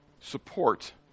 support